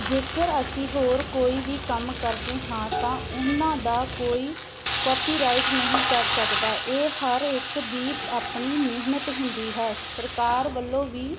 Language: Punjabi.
ਜੇਕਰ ਅਸੀਂ ਹੋਰ ਕੋਈ ਵੀ ਕੰਮ ਕਰਦੇ ਹਾਂ ਤਾਂ ਉਹਨਾਂ ਦਾ ਕੋਈ ਕੋਪੀਰਾਈਟ ਨਹੀਂ ਕਰ ਸਕਦਾ ਇਹ ਹਰ ਇੱਕ ਦੀ ਆਪਣੀ ਮਿਹਨਤ ਹੁੰਦੀ ਹੈ ਸਰਕਾਰ ਵੱਲੋਂ ਵੀ